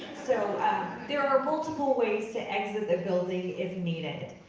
so there are multiple ways to exit the building as needed.